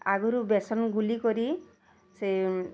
ଆଗରୁ ବେସନ୍ ଗୁଲିକରି ସେ